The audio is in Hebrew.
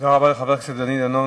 תודה רבה לחבר הכנסת דני דנון.